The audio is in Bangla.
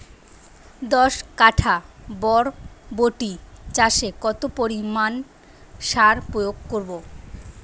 দশ কাঠা বরবটি চাষে কত পরিমাণ সার প্রয়োগ করব?